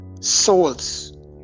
souls